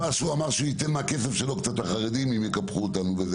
אמר שייתן קצת כסף לחרדים אם יקפחו אותנו.